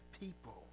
people